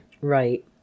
Right